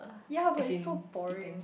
ya but it's so boring